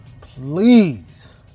please